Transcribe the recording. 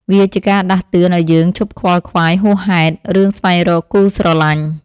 វាជាការដាស់តឿនឱ្យយើងឈប់ខ្វល់ខ្វាយហួសហេតុ រឿងស្វែងរកគូស្រឡាញ់។